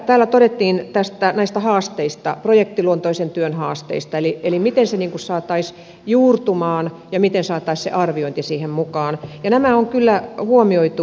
täällä todettiin näistä haasteista projektiluontoisen työn haasteista eli siitä miten se saataisiin juurtumaan ja miten saataisiin se arviointi siihen mukaan ja nämä on kyllä huomioitu